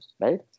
right